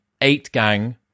eight-gang